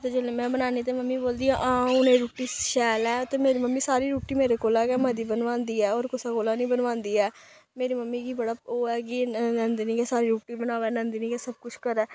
ते जेल्लै में बनानी ते मेरी मम्मी बोलदी हां हून एह् रुट्टी शैल ऐ मेरी मम्मी सारी रुट्टी मेरे कोला गै मती बनोआंदी ऐ होर कुसै कोला निं बनोआंदी ऐ मेरी मम्मी गी बड़ा ओह् ऐ कि नंदनी गै सारी रुट्टी बनावै नंदनी गै सब कुछ करै